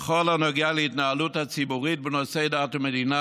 בכל הנוגע להתנהלות הציבורית בנושא דת ומדינה,